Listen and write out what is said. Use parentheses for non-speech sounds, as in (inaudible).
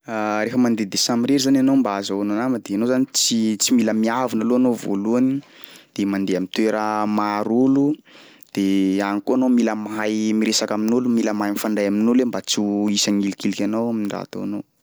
(hesitation) Rehefa mandeha dia samirery zany anao mba azahoanao nama de ianao tsy tsy mila miavona aloha anao voalohany de mandeha am'toera maro olo de agny koa anao mila mahay miresaka amin'olo, mila mahay mifandray amin'olo mba tsy ho hisy hagnilikiliky anao am'raha ataonao.